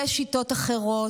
יש שיטות אחרות,